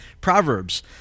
Proverbs